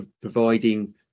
providing